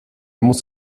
muss